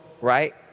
right